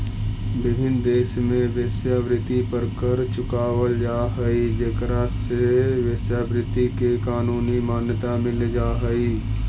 विभिन्न देश में वेश्यावृत्ति पर कर चुकावल जा हई जेकरा से वेश्यावृत्ति के कानूनी मान्यता मिल जा हई